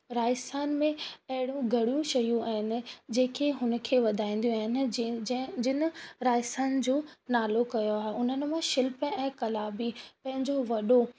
राजस्थान में अहिड़ियू घणियूं शयूं आहिनि जेके हुनखे वधाईंदियूं आहिनि जंहिं जंहिं जिनि राजस्थान जो नालो कयो आहे उन्हनि मां शिल्प ऐं कला बि पंहिंजो वॾो